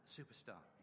Superstar